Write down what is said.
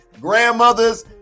grandmothers